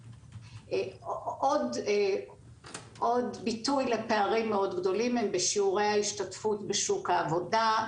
עוד ביטוי לפערים מאוד גדולים הוא בשיעורי ההשתתפות בשוק העבודה,